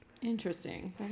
Interesting